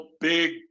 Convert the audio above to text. big